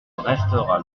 restera